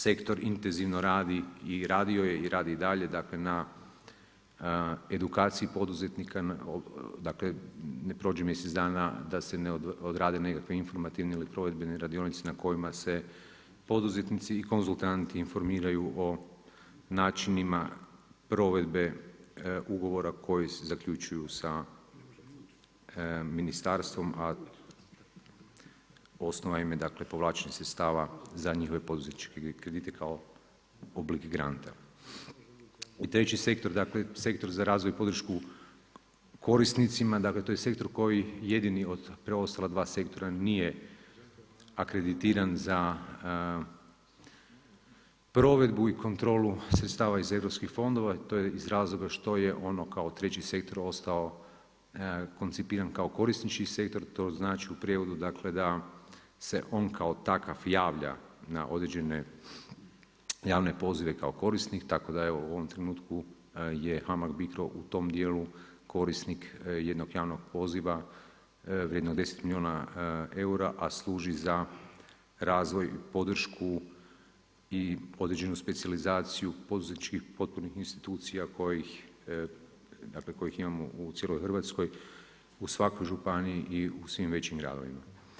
Sektor intenzivno radi i radio je i radi i dalje na edukaciji poduzetnika, dakle ne prođe mjesec dana da se ne odrade nekakve informativne ili provedbene radionice na kojima se poduzetnici i konzultanti informiraju o načinima provedbe ugovora koji se zaključuju sa ministarstvom a osnova im je povlačenje sredstava za njihove poduzetničke kredite kao oblik … U treći sektor, dakle u sektor za razvoj i podršku korisnicima, to je sektor koji jedini od preostala dva sektora nije akreditiran za provedbu i kontrolu sredstava iz europskih fondova i to je iz razloga što je ono kao treći sektor ostao koncipiran kao korisnički sektor, to znači u prijevodu da se on kao takav javlja na određene javne pozive kao korisnik tako da u ovom trenutku je HAMAG Bicro u tom djelu, korisnik jednog javnog poziva vrijedno 10 milijuna eura a služi za razvoj i podršku i određenu specijalizaciju poduzetničkih potpunih institucija kojih imamo u cijeloj Hrvatskoj, u svakoj županiji i u svim većim gradovima.